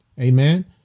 Amen